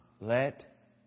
let